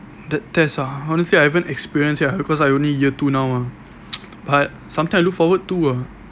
that test ah honestly I haven't experienced yet ah cause I only year two now ah but something I look forward to ah